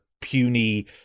puny